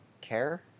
care